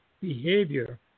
behavior